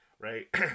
right